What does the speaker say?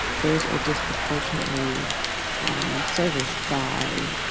those are disproportionately serviced by